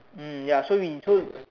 mm ya so we so